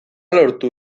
lortu